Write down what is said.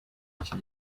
icyi